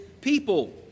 people